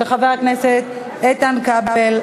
של חבר הכנסת איתן כבל.